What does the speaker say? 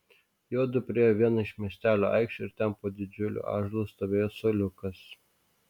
juodu priėjo vieną iš miestelio aikščių ir ten po didžiuliu ąžuolu stovėjo suoliukas